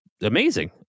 amazing